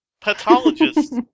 Pathologist